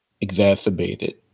exacerbated